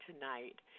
tonight